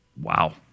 wow